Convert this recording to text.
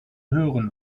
hören